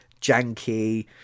janky